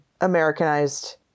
Americanized